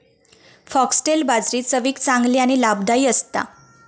foxtail बाजरी चवीक चांगली आणि लाभदायी असता